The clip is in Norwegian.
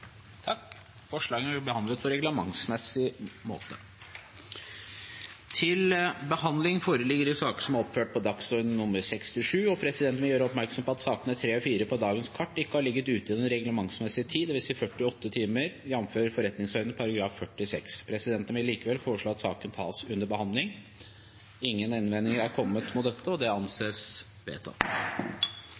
Forslagene vil bli behandlet på reglementsmessig måte. Presidenten gjør oppmerksom på at sakene nr. 3 og 4 på dagens kart ikke har ligget ute den reglementsmessige tid, dvs. 48 timer, jf. forretningsordenen § 46. Presidenten vil likevel foreslå at sakene tas under behandling i dag. – Ingen innvendinger er kommet mot dette, og det anses vedtatt.